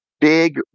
big